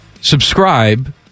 subscribe